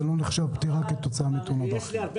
זה לא נחשב פטירה כתוצאה מתאונת דרכים.